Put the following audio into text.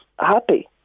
happy